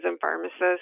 pharmacists